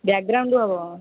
background ହବ